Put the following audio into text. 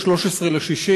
13 ביוני,